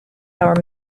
our